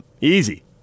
Easy